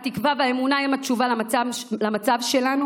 התקווה והאמונה הן התשובה למצב שלנו,